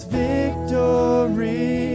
victory